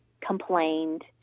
complained